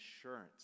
assurance